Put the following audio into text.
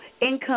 income